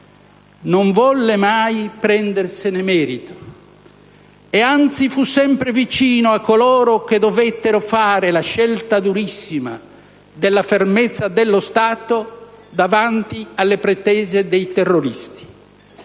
non volle mai prendersene merito; anzi, fu sempre vicino a coloro che dovettero fare la scelta durissima della fermezza dello Stato davanti alle pretese dei terroristi.